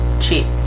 cheap